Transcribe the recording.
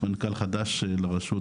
יש מנכ"ל חדש לרשות,